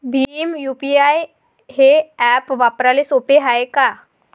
Bhim UPI हे app वापराले सोपे हाय का?